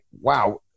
wow